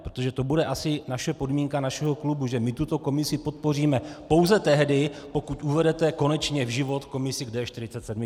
Protože to bude asi podmínka našeho klubu, že my tuto komisi podpoříme pouze tehdy, pokud uvedete konečně v život komisi k D47.